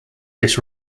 this